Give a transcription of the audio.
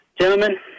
Gentlemen